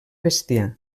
bestiar